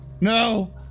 No